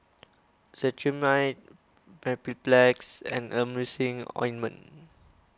Cetrimide Mepilex and Emulsying Ointment